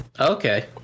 okay